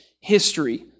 history